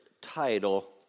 title